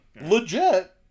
Legit